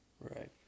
Right